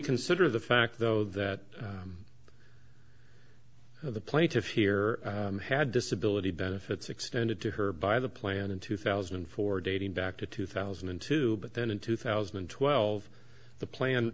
consider the fact though that the plaintiff here had disability benefits extended to her by the plan in two thousand and four dating back to two thousand and two but then in two thousand and twelve the plan